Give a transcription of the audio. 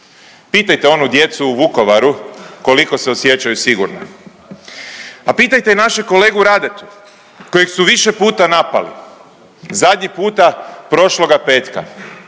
Pitajte onu djecu u Vukovaru koliko se osjećaju sigurno, a pitajte i našeg kolegu Radetu kojeg su više puta napali zadnji puta prošloga petka.